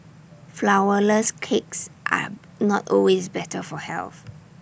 Flourless Cakes are not always better for health